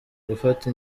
gufata